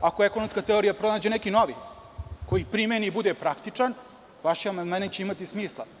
Ako ekonomska teorija primeni neki novi koji primeni i bude praktična, vaši amandmani će imati smisla.